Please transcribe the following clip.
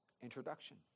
introduction